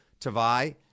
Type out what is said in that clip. Tavai